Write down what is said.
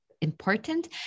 important